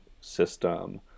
system